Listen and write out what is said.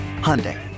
Hyundai